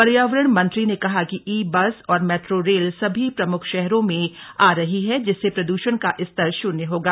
पर्यावरण मंत्री ने कहा कि ई बस और मेट्रो रेल सभी प्रमुख शहरों में आ रही हैं जिससे प्रद्रषण का स्तर शून्य होगा